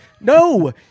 No